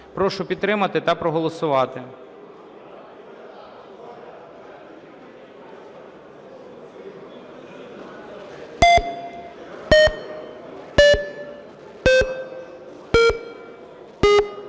Прошу підтримати та проголосувати.